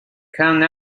come